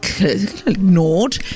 ignored